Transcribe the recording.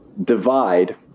divide